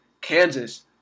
Kansas